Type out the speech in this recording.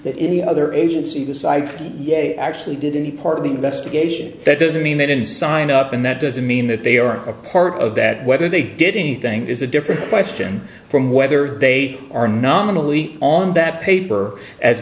that any other agency decides yet actually did any part of the investigation that doesn't mean they didn't sign up and that doesn't mean that they aren't a part of that whether they did anything is a different question from whether they are nominally on that paper as